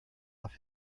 off